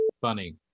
funny